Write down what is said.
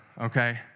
okay